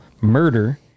murder